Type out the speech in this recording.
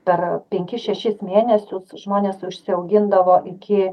per penkis šešis mėnesius žmonės užsiaugindavo iki